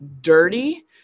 dirty